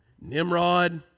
Nimrod